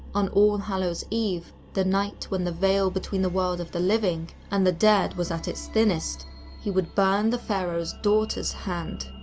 on all hallows eve the night when the veil between the world of the living and the dead was at its thinnest he would burn the pharaoh's daughter's hand.